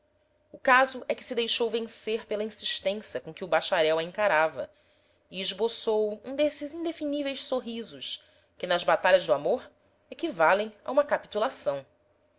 o caso é que se deixou vencer pela insistência com que o bacharel a encarava e esboçou um desses indefiníveis sorrisos que nas batalhas do amor eqüivalem a uma capitulação